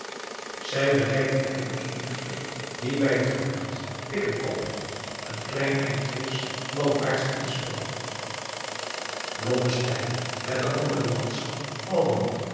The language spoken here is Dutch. zij bereikten eindelijk eene kreek die bij het gehucht picknekop een klein eind weegs landwaarts in sprong blommesteyn met de andere manschap allen